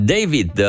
David